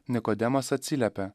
nikodemas atsiliepia